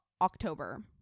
October